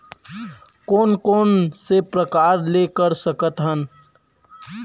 कोन कोन से प्रकार ले कर सकत हन?